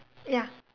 ya